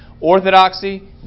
orthodoxy